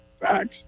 facts